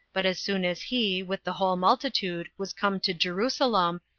but as soon as he, with the whole multitude, was come to jerusalem,